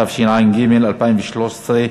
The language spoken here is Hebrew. התשע"ג 2013,